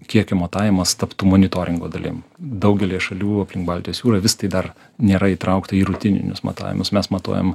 kiekio matavimas taptų monitoringo dalim daugelyje šalių aplink baltijos jūrą vis tai dar nėra įtraukta į rutininius matavimus mes matuojam